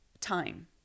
time